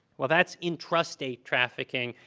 well, that's intrastate trafficking.